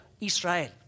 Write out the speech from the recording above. Israel